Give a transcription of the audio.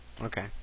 Okay